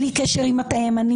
בלי קשר אם אתה ימני,